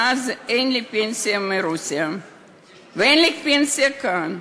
ולכן אין לי פנסיה מרוסיה ואין לי פנסיה כאן.